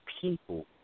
people